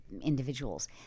individuals